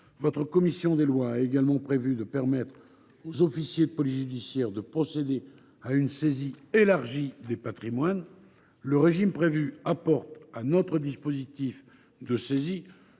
Votre commission des lois a également prévu de permettre aux officiers de police judiciaire de procéder à une saisie élargie des patrimoines. Le régime prévu apporte à notre dispositif de saisie